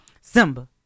Simba